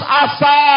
asa